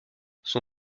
son